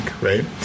right